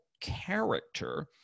character